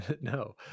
No